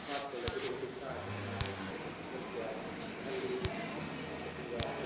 smart phone ꯑꯁꯤꯗ addict ꯇꯥꯈꯤꯗꯅ ꯃꯤꯑꯣꯏ ꯀꯌꯥ ꯃꯥꯡꯍꯜꯂꯤ ꯑꯗꯨꯒ